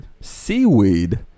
Seaweed